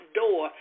door